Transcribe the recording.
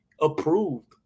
approved